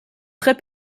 très